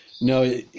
no